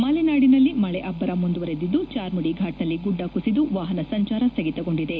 ಮಲೆನಾಡಿನಲ್ಲಿ ಮಳೆ ಅಬ್ಬರ ಮುಂದುವರೆದಿದ್ದು ಚಾರ್ಮುದಿ ಫಾಟ್ನಲ್ಲಿ ಗುಡ್ಡ ಕುಸಿದು ವಾಹನ ಸಂಚಾರ ಸ್ಥಗಿತಗೊಂಡಿದೆ